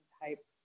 type